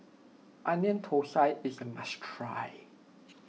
Onion Thosai is a must try